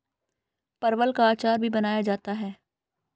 परवल का अचार भी बनाया जाता है